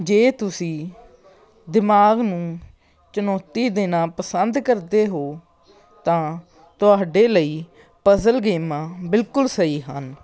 ਜੇ ਤੁਸੀਂ ਦਿਮਾਗ ਨੂੰ ਚੁਣੌਤੀ ਦੇਣਾ ਪਸੰਦ ਕਰਦੇ ਹੋ ਤਾਂ ਤੁਹਾਡੇ ਲਈ ਪਜ਼ਲ ਗੇਮਾਂ ਬਿਲਕੁਲ ਸਹੀ ਹਨ